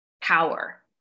power